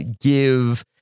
give